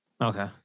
Okay